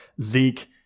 Zeke